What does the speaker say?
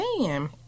man